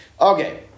Okay